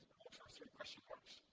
three question marks,